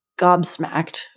gobsmacked